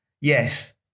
Yes